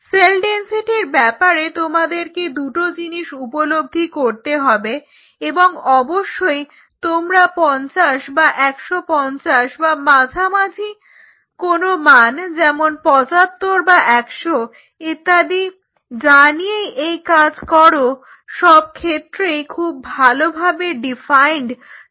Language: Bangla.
সেল ডেনসিটির ব্যাপারে তোমাদেরকে দুটো জিনিস উপলব্ধি করতে হবে এবং অবশ্যই তোমরা 50 বা 150 বা মাঝামাঝি কোনো মান যেমন 75 বা 100 ইত্যাদি যা নিয়েই এই কাজ করো সবক্ষেত্রেই খুব ভালোভাবে ডিফাইন্ড থাকতে হবে